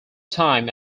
time